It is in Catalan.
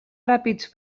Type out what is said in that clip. ràpids